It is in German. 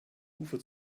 ufer